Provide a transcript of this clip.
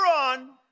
on